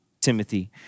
Timothy